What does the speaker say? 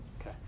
Okay